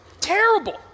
Terrible